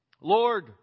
Lord